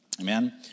Amen